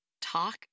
talk